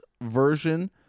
version